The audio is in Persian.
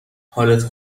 حالت